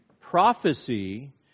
Prophecy